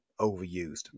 overused